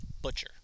Butcher